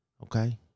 Okay